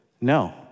no